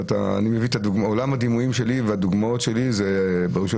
עולם הדימויים שלי והדוגמאות שלי ברשויות